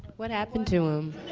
what happened to him?